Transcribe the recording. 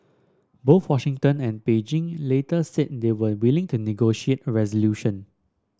both Washington and Beijing later said they were willing to negotiate a resolution